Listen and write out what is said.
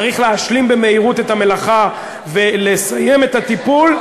צריך להשלים במהירות את המלאכה ולסיים את הטיפול,